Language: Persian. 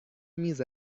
میز